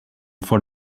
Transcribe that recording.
for